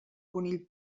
conill